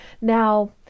Now